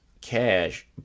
cash